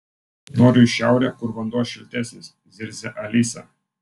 noriu į šiaurę kur vanduo šiltesnis zirzia alisa